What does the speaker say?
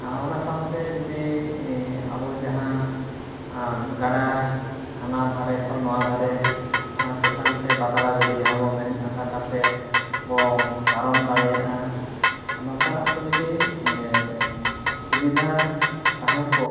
ᱟᱨ ᱚᱱᱟ ᱥᱟᱶᱛᱮ ᱡᱩᱫᱤ ᱟᱵᱚ ᱡᱟᱦᱟᱸ ᱜᱟᱰᱟ ᱦᱟᱱᱟ ᱫᱷᱟᱨᱮ ᱠᱷᱚᱱ ᱱᱚᱣᱟ ᱫᱷᱟᱨᱮ ᱚᱱᱟ ᱪᱮᱛᱟᱱᱛᱮ ᱵᱟᱫᱲᱟ ᱜᱟᱹᱰᱤ ᱡᱟᱦᱟᱸᱵᱚᱱ ᱢᱮᱱ ᱟᱠᱟ ᱠᱟᱛᱮᱫ ᱵᱚ ᱯᱟᱨᱚᱢ ᱫᱟᱲᱮᱭᱟᱜᱼᱟ ᱟᱨ ᱱᱚᱝᱠᱟᱱᱟᱜ ᱠᱚ ᱡᱩᱫᱤ ᱥᱩᱵᱤᱫᱷᱟ ᱛᱟᱦᱮᱸ ᱠᱚᱜ